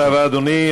תודה רבה, אדוני.